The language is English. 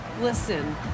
listen